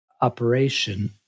operation